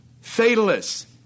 fatalists